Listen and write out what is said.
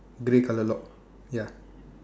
grey colour lock ya